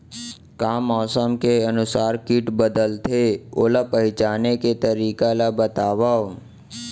का मौसम के अनुसार किट बदलथे, ओला पहिचाने के तरीका ला बतावव?